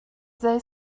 they